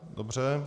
Dobře.